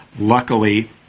luckily